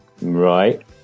Right